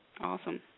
awesome